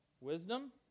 wisdom